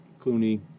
Clooney